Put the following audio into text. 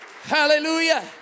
Hallelujah